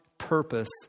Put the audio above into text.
purpose